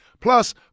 Plus